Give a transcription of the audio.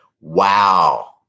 Wow